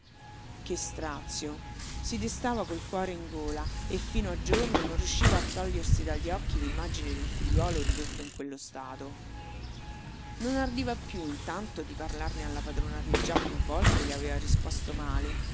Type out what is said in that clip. che strazio si destava col cuore in gola e fino a giorno non riusciva a togliersi dagli occhi l'immagine del figliuolo ridotto in quello stato non ardiva più intanto di parlarne alla padrona che già più volte le aveva risposto male